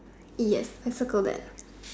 yes I circled that